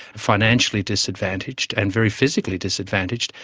financially disadvantaged and very physically disadvantaged,